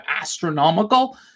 astronomical